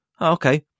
okay